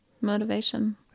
Motivation